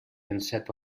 enceta